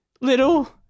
Little